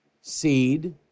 seed